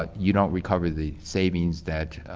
ah you don't recover the savings that